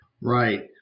Right